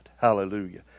Hallelujah